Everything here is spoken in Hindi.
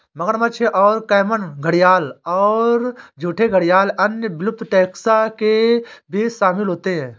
मगरमच्छ और कैमन घड़ियाल और झूठे घड़ियाल अन्य विलुप्त टैक्सा के बीच शामिल होते हैं